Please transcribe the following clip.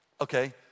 Okay